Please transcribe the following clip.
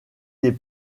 des